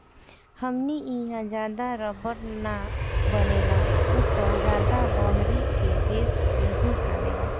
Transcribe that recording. हमनी इहा ज्यादा रबड़ ना बनेला उ त ज्यादा बहरी के देश से ही आवेला